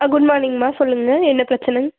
ஆ good மார்னிங்மா சொல்லுங்கள் என்ன பிரச்சனை